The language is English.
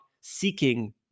seeking